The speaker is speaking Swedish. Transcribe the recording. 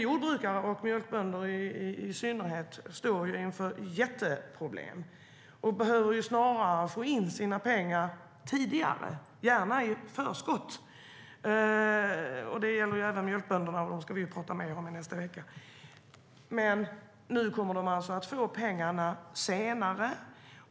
Jordbrukare och mjölkbönder i synnerhet står inför jätteproblem och behöver snarare få in sina pengar tidigare och gärna i förskott. Det gäller även mjölkbönderna, och dem ska vi tala mer om i nästa vecka. Nu kommer de att få pengar senare.